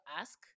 ask